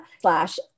slash